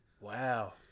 Wow